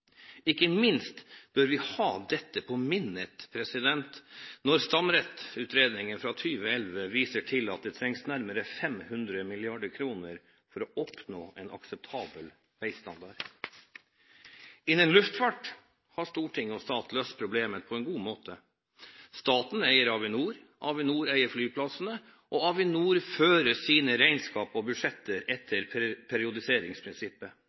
Ikke minst bør vi ha dette i minne når Stamnettutredningen 2011 viser til at det trengs nærmere 500 mrd. kr for å oppnå en akseptabel veistandard. Innen luftfart har storting og stat løst problemet på en god måte. Staten eier Avinor, Avinor eier flyplassene, og Avinor fører sine regnskap og budsjetter etter periodiseringsprinsippet.